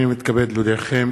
הנני מתכבד להודיעכם,